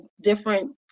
different